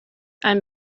ein